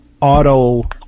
auto